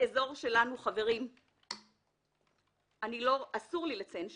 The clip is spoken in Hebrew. באזור שלנו, אסור לי לציין שמות,